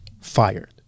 fired